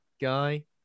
guy